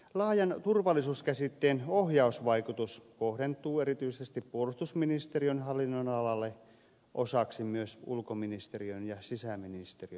laajan turvallisuuskäsitteen ohjausvaikutus kohdentuu erityisesti puolustusministeriön hallinnonalalle osaksi myös ulkoministeriön ja sisäministeriön hallinnonalalle